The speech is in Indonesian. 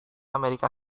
amerika